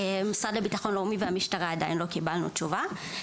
מהמשרד לבטחון לאומי ומהמשטרה עדיין לא קיבלנו תשובה.